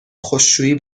خشکشویی